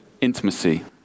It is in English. intimacy